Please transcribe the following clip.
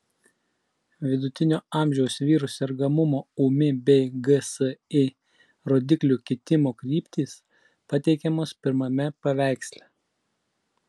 vidutinio amžiaus vyrų sergamumo ūmi bei gsi rodiklių kitimo kryptys pateikiamos pirmame paveiksle